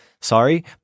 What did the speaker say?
sorry